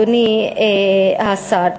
אדוני השר.